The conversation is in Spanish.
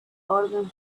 orden